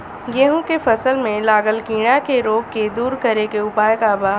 गेहूँ के फसल में लागल कीड़ा के रोग के दूर करे के उपाय का बा?